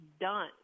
done